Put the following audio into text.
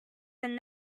than